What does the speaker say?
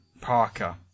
Parker